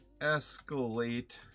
escalate